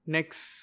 Next